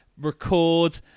record